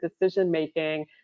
decision-making